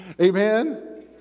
Amen